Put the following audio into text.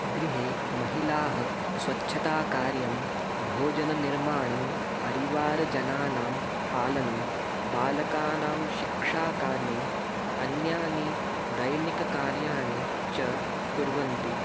गृहे महिलाः स्वच्छताकार्यं भोजननिर्माणं परिवारजनानां पालनं बालकानां शिक्षाकार्यम् अन्यानि दैनिककार्याणि च कुर्वन्ति